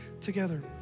together